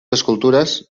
escultures